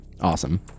Awesome